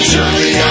Surely